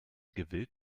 gewillt